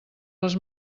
les